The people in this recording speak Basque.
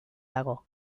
dago